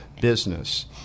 business